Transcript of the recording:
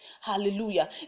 hallelujah